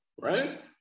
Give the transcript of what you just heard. right